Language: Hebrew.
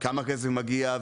כמה כסף מגיע?